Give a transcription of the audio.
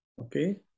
Okay